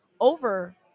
over